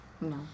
No